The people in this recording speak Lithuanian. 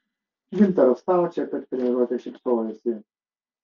gintaras staučė per treniruotę šypsojosi